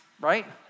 right